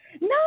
No